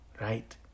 right